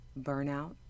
burnout